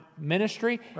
ministry